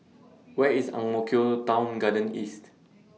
Where IS Ang Mo Kio Town Garden East